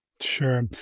Sure